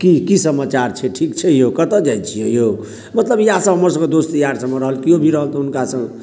कि की समाचार छै ठीक छै यौ कतय जाइ छियै यौ मतलब इएहसभ हमरसभक दोस्त यार सभमे रहल कियो भी रहल तऽ हुनकासँ